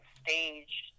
staged